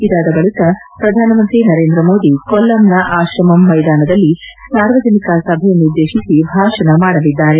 ಇದಾದ ಬಳಿಕ ಪ್ರಧಾನಮಂತ್ರಿ ನರೇಂದ್ರ ಮೋದಿ ಕೊಲ್ಲಂನ ಆಕ್ರಮಮ್ ಮ್ಯೆದಾನದಲ್ಲಿ ಸಾರ್ವಜನಿಕ ಸಭೆಯನ್ನುದ್ದೇಶಿಸಿ ಭಾಷಣ ಮಾಡಲಿದ್ದಾರೆ